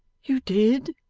you did.